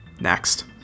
Next